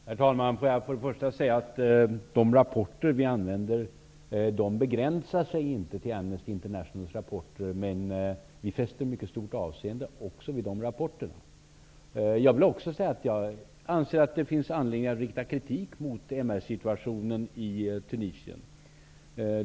Herr talman! Får jag först säga att de rapporter som vi stödjer oss på inte begränsar sig till dem som kommer från Amnesty International, men att vi fäster mycket stort avseende också vid dessa rapporter. Jag vill också säga att även jag anser att det finns anledning att rikta kritik mot MR-situationen i Tunisien.